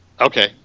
Okay